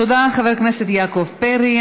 תודה, חבר הכנסת יעקב פרי.